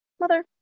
Mother